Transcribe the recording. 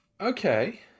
Okay